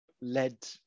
led